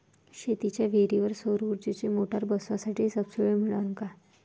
शेतीच्या विहीरीवर सौर ऊर्जेची मोटार बसवासाठी सबसीडी मिळन का?